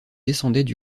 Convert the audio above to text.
descendaient